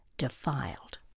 defiled